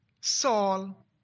Saul